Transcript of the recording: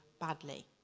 badly